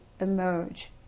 emerge